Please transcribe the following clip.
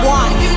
one